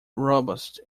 robust